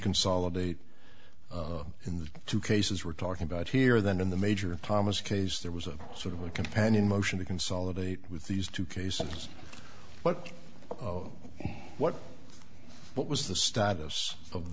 consolidate in the two cases we're talking about here than in the major thomas case there was a sort of a companion motion to consolidate with these two cases but what what was the status of